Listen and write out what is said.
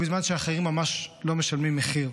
בזמן שאחרים ממש לא משלמים מחיר.